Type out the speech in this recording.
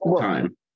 time